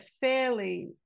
fairly